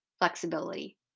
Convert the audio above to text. flexibility